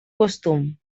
costum